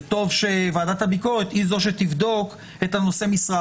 זה טוב שוועדת הביקורת היא זו שתבדוק את נושא משרה.